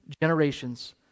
generations